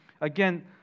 Again